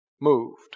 Moved